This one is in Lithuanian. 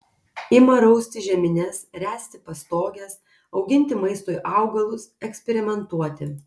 ima rausti žemines ręsti pastoges auginti maistui augalus eksperimentuoti